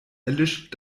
erlischt